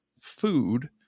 Food